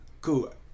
Cool